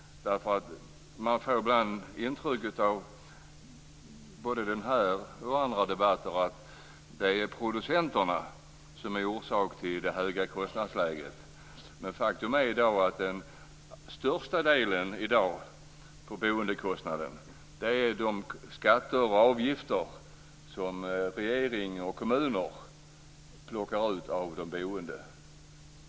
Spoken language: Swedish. Man får ibland intrycket, av både den här och andra debatter, att det är producenterna som är orsaken till det höga kostnadsläget. Men faktum är att den största delen i dag av boendekostnaden är de skatter och avgifter som regering och kommuner plockar ut av de boende.